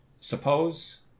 Suppose